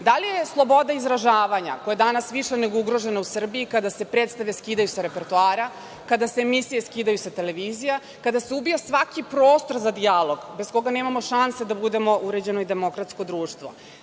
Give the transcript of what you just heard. Da li je sloboda izražavanja koje je danas više nego ugroženo u Srbiji kada se prestave skidaju sa repertoara, kada se emisije skidaju sa televizije, kada se ubija svaki prostor za dijalog bez koga nemamo šanse da budemo u uređeno i demokratsko društvo?